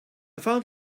found